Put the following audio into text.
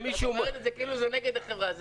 את אומרת את זה כאילו זה נגד החברה.